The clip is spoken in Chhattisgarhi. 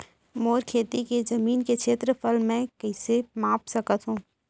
मोर खेती के जमीन के क्षेत्रफल मैं कइसे माप सकत हो?